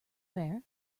fair